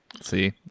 See